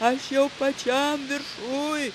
aš jau pačiam viršuj